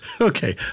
Okay